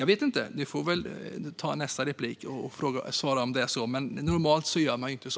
Det får väl ledamoten svara på i en annan replik. Men normalt gör man inte så.